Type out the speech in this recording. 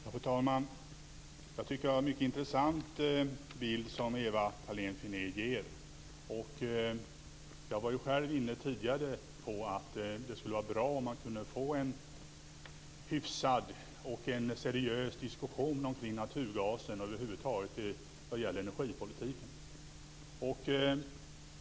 Fru talman! Jag tycker att det är en mycket intressant bild som Ewa Thalén Finné ger. Jag var själv tidigare inne på att det skulle vara bra om man kunde få en hyfsad och seriös diskussion om naturgas och över huvud taget om energipolitik.